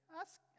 Ask